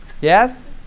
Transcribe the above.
Yes